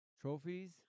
Trophies